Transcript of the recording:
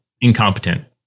incompetent